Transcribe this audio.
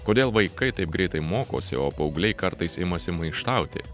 kodėl vaikai taip greitai mokosi o paaugliai kartais imasi maištauti